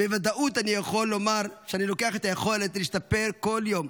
בוודאות אני יכול לומר שאני לוקח את היכולת להשתפר כל יום,